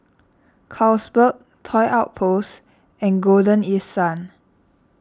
Carlsberg Toy Outpost and Golden East Sun